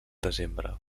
desembre